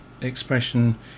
expression